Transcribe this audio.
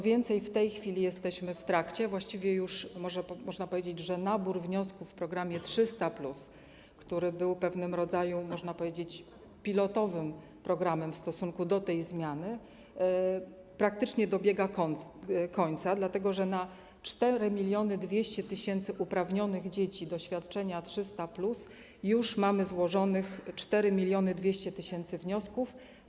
W tej chwili jesteśmy w trakcie, a właściwie już można powiedzieć, że nabór wniosków w programie 300+, który był pewnego rodzaju pilotowym programem w stosunku do tej zmiany, praktycznie dobiega końca, dlatego że na 4200 tys. uprawnionych dzieci do świadczenia 300+ już mamy złożonych 4200 tys. wniosków.